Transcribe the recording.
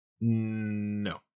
No